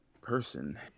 person